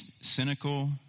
cynical